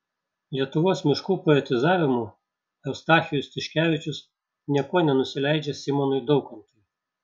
lietuvos miškų poetizavimu eustachijus tiškevičius niekuo nenusileidžia simonui daukantui